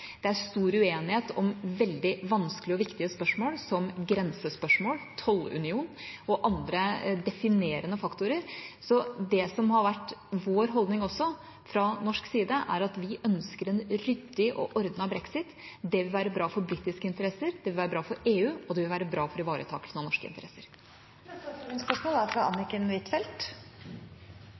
Det er stor uenighet om veldig vanskelige og viktige spørsmål, som grensespørsmål, tollunion og andre definerende faktorer. Det som har vært holdningen fra norsk side, er at vi ønsker en ryddig og ordnet brexit. Det ville være bra for britiske interesser, det ville være bra for EU, og det ville være bra for ivaretakelsen av norske interesser. Anniken Huitfeldt – til oppfølgingsspørsmål. Jeg leser kritisk britiske medier, men det er